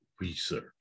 research